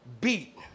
beat